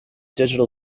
digital